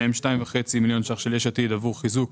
מהם 2,5 מיליון שקלים של יש עתיד עבור חיזוק